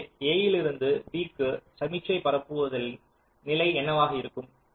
எனவே a லிருந்து b க்கு சமிக்ஞை பரப்புதலின் நிலை என்னவாக இருக்கிறது